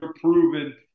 proven